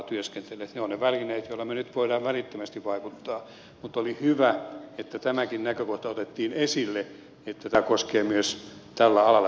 ne ovat ne välineet joilla me nyt voimme välittömästi vaikuttaa mutta oli hyvä että tämäkin näkökohta otettiin esille että tämä koskee myös tällä alalla työskenteleviä palkansaajia